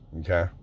Okay